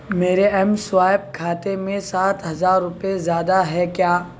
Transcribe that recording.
میرے M swipe کھاتے میں سات ہزار روپئے زیادہ ہے کیا